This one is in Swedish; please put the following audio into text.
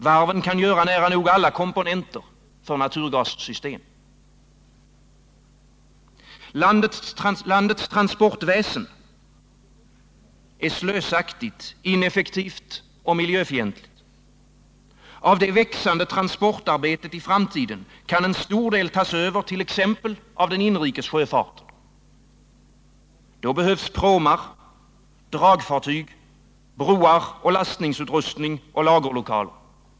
Varven kan göra nära nog alla komponenter för naturgassystem. Landets transportväsen är slösaktigt, ineffektivt och miljöfientligt. Av det växande transportarbetet i framtiden kan en stor del tas över t.ex. av den inrikes sjöfarten. Då behövs pråmar, dragfartyg, broar och lastningsutrustning och lagerlokaler.